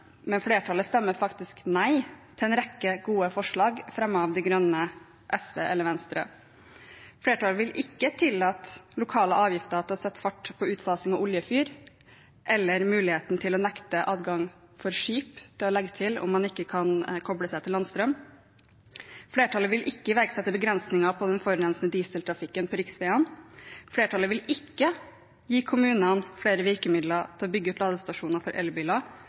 men flertallet stemmer faktisk nei til en rekke gode forslag fremmet av Miljøpartiet De Grønne, SV eller Venstre. Flertallet vil ikke tillate lokale avgifter som setter fart på utfasingen av oljefyr, eller muligheten til å nekte adgang for skip til å legge til om man ikke kan koble seg til landstrøm. Flertallet vil ikke iverksette begrensninger på den forurensende dieseltrafikken på riksveiene. Flertallet vil ikke gi kommunene flere virkemidler til å bygge ut ladestasjoner for elbiler,